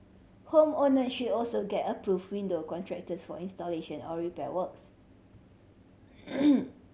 home owner should also get approved window contractors for installation or repair works